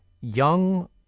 young